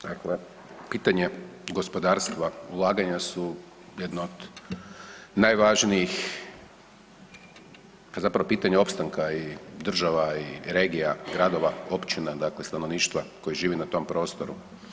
Dakle, pitanje gospodarstva, ulaganja su jedno od najvažnijih pitanja opstanka i država i regija, gradova, općina dakle stanovništva koje živi na tom prostoru.